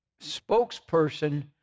spokesperson